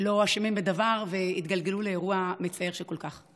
שלא אשמים בדבר ושהתגלגלו לאירוע מצער כל כך?